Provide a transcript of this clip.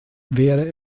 wäre